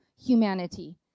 humanity